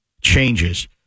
changes